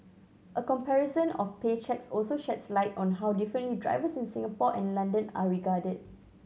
a comparison of pay cheques also sheds light on how differently drivers in Singapore and London are regarded